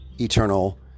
eternal